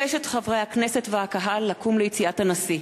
אבקש מחברי הכנסת והקהל לקום ליציאת הנשיא.